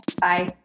Bye